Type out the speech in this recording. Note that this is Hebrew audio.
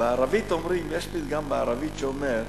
בערבית אומרים, יש פתגם בערבית שאומר,